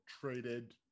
traded